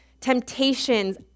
temptations